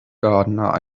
gardener